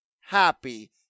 happy